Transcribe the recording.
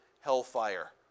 hellfire